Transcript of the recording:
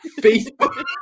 Facebook